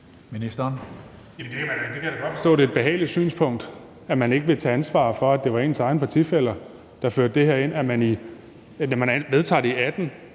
Det kan jeg da godt forstå er et behageligt synspunkt, altså at man ikke vil tage ansvar for, at det var ens egne partifæller, der indførte det her, og at man, fra man vedtager det i 2018,